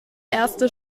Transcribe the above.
erste